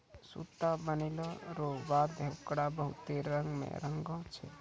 सूता बनलो रो बाद होकरा बहुत रंग मे रंगै छै